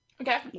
Okay